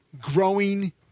growing